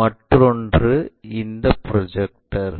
மற்றொன்று இந்த ப்ரொஜெக்டர்